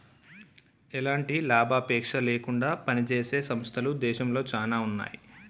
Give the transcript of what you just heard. ఎలాంటి లాభాపేక్ష లేకుండా పనిజేసే సంస్థలు దేశంలో చానా ఉన్నాయి